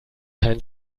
kein